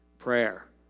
Prayer